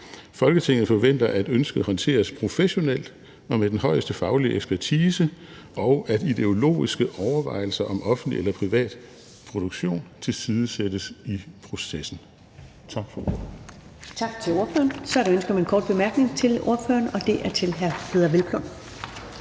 Folketinget forventer, at ønsket håndteres professionelt og med den højeste faglige ekspertise, og at ideologiske overvejelser om offentlig eller privat produktion tilsidesættes i processen.«